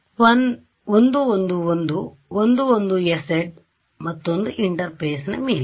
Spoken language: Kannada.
ಇದು 1 1 sz ಮತ್ತೊಂದು ಇಂಟರ್ಫೇಸ್ನ ಮೇಲೆ